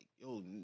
yo